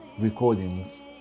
recordings